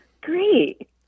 Great